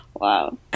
Wow